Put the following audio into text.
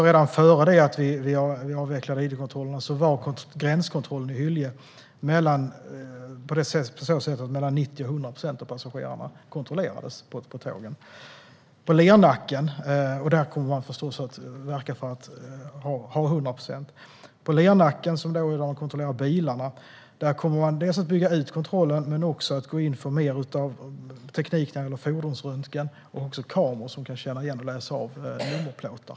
Redan innan vi avvecklade id-kontrollerna var det mellan 90 och 100 procent av passagerarna på tågen som kontrollerades i Hyllie. I Lernacken där bilarna kontrolleras kommer man att bygga ut kontrollen och också gå in för mer teknik när det gäller fordonsröntgen och kameror som kan läsa av registreringsplåtar.